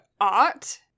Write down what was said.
art